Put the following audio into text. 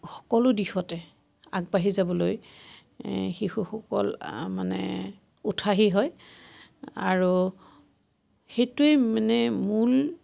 সকলো দিশতে আগবাঢ়ি যাবলৈ শিশুসকল মানে উৎসাহী হয় আৰু সেইটোৱেই মানে মূল